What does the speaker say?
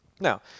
Now